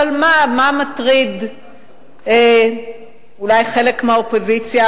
אבל מה, מה מטריד אולי חלק מהאופוזיציה?